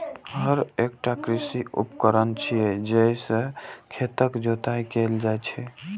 हर एकटा कृषि उपकरण छियै, जइ से खेतक जोताइ कैल जाइ छै